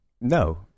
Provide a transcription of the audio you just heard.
No